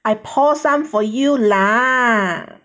I pour some for you lah